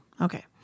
Okay